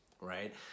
right